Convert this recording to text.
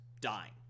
dying